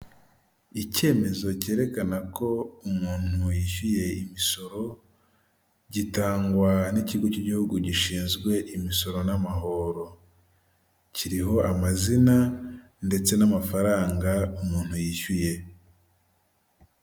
Icyemezo cyerekana ko umuntu yishyuye imisoro, gitangwa n'ikigo cy'igihugu gishinzwe imisoro n'amahoro. Kiriho amazina ndetse n'amafaranga umuntu yishyuye.